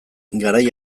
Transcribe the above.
garai